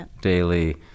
daily